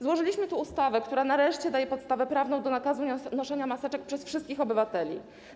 Złożyliśmy tu ustawę, która nareszcie daję podstawę prawną do nakazu noszenia maseczek przez wszystkich obywateli.